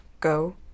go